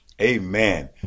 Amen